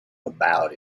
about